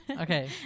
Okay